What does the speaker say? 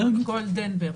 גולדנברג?